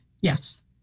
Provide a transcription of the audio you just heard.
Yes